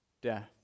death